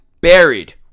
buried